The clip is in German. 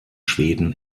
schweden